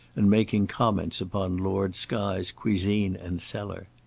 and making comments upon lord skye's cuisine and cellar.